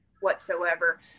whatsoever